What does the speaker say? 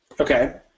Okay